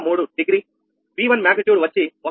03 డిగ్రీV1 మాగ్నిట్యూడ్ వచ్చి 1